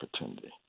opportunity